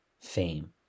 Fame